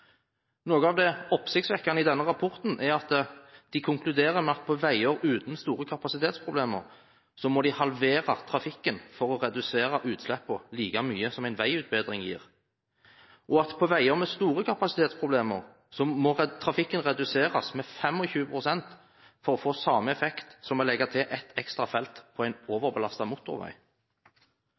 Noe av det oppsiktsvekkende i denne rapporten er at de konkluderer med at på veier uten store kapasitetsproblemer må de halvere trafikken for å redusere utslippene like mye som en veiutbedring gir, og at på veier med store kapasitetsproblemer må trafikken reduseres med 25 pst. for å få samme effekt som å legge til et ekstra felt på en overbelastet motorvei.